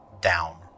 down